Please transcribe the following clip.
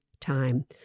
time